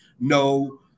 no